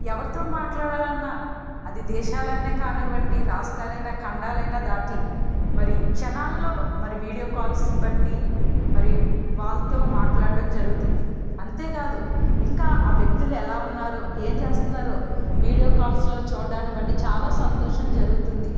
ఎవరితో మాట్లాడాలన్నా అది దేశాలైనా కానివ్వండి రాష్ట్రాలైన ఖండాలైనా దాటి మరి క్షణాల్లో మరి వీడియో కాల్స్ను బట్టి మరి వాళ్ళతో మాట్లాడటం జరుగుతుంది అంతే కాదు ఇంకా ఆ వ్యక్తులు ఎలా ఉన్నారు ఏం చేస్తున్నారు వీడియో కాల్స్లో చూడ్డాని బట్టి చాలా సంతోషం జరుగుతుంది